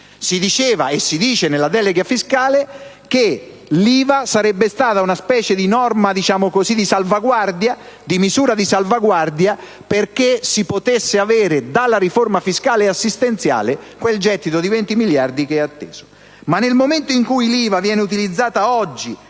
Si diceva, e si dice nella delega fiscale, che l'IVA sarebbe stata una specie di misura di salvaguardia perché si potesse avere, dalla riforma fiscale e assistenziale, quel gettito di 20 miliardi che è atteso. Ma nel momento in cui l'IVA viene utilizzata, oggi,